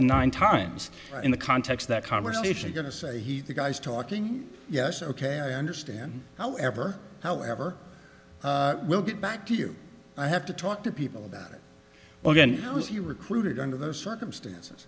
than nine times in the context that conversation going to say he the guy's talking yes ok i understand however however i will get back to you i have to talk to people about it again was he recruited under those circumstances